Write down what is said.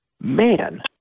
Man